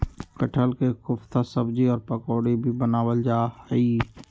कटहल के कोफ्ता सब्जी और पकौड़ी भी बनावल जा हई